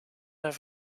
zijn